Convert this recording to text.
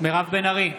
מירב בן ארי,